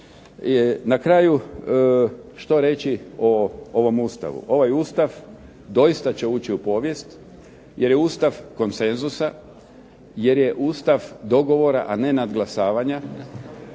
na kraju što reći o ovom Ustavu? Ovaj Ustav doista će ući u povijest jer je Ustav konsenzusa, jer je Ustav dogovora, a ne nadglasavanja.